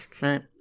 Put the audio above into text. Right